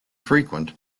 frequent